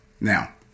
Now